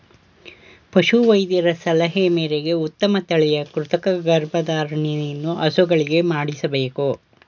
ಪಶು ವೈದ್ಯರ ಸಲಹೆ ಮೇರೆಗೆ ಉತ್ತಮ ತಳಿಯ ಕೃತಕ ಗರ್ಭಧಾರಣೆಯನ್ನು ಹಸುಗಳಿಗೆ ಮಾಡಿಸಬೇಕು